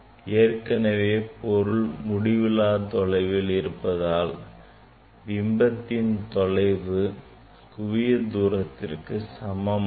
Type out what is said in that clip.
ஏற்கனவே பொருள் முடிவில்லா தொலைவில் இருப்பதால் பிம்பத்தின் தொலைவு குவிய தூரத்திற்கு சமமாகும்